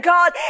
God